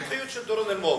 מה המומחיות של דורון אלמוג?